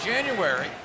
January